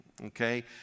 Okay